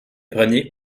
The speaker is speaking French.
prenez